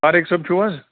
طاریق صٲب چھِو حظ